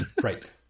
right